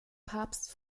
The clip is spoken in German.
papst